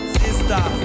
sister